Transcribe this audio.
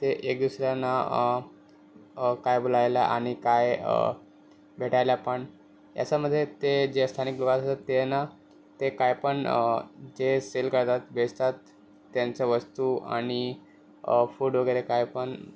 ते एक दिवस त्यांना काय बोलायला आणि काय भेटायला पण हेच्यामध्ये ते जे अस्थानिक लोकं असतात ते ना ते काय पण जे सेल करतात बेचतात त्यांच्या वस्तू आणि फूड वगैरे काय पण